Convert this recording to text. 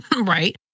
right